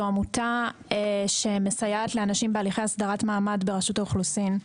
עמותה שמסייעת לאנשים בהליכי הסדרת מעמד ברשות האוכלוסין.